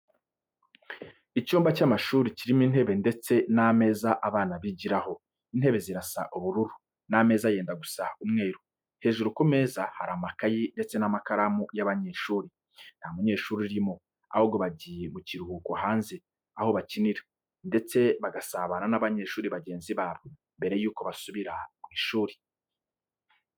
Icyumba cy'amashuri, kirimo intebe ndetse n'ameza abana bigiraho, intebe zirasa ubururu, n'ameza yenda gusa umweru, hejuru ku meza hari amakayi ndetse n'amakaramu y'abanyeshuri. Nta munyeshuri urimo, ahubwo bagiye mukiruhuko hanze, aho bakinira, ndetse bagasabana n'abanyeshuri bagenzi babo, mbere yuko basubira mu ishuri.